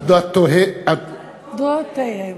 עדותיהם.